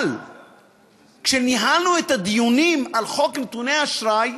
אבל כשניהלנו את הדיונים על חוק נתוני האשראי,